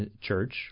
church